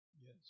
Yes